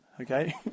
Okay